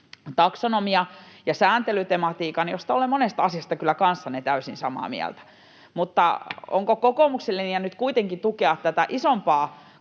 taksonomia‑ ja sääntelytematiikan, jossa olen monesta asiasta kyllä kanssanne täysin samaa mieltä: onko kokoomuksen linja nyt kuitenkin tukea tätä isompaa